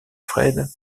fred